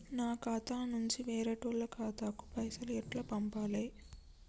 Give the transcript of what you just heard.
నా ఖాతా నుంచి వేరేటోళ్ల ఖాతాకు పైసలు ఎట్ల పంపాలే?